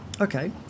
Okay